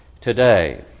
today